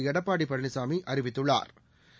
எடப்பாடி பழனிசாமி அறிவித்துள்ளாா்